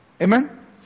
Amen